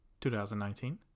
2019